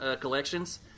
collections